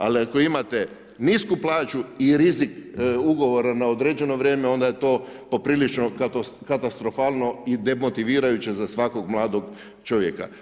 Ali ako imate nisku plaću i rizik ugovora na određeno vrijeme, onda je poprilično katastrofalno i demotivirajuće za svakog mladog čovjeka.